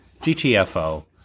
GTFO